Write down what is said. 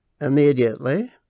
immediately